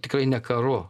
tikrai ne karu